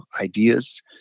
ideas